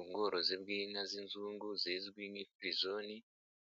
Ubworozi bw'inka z'inzungu zizwi nk'imfirizoni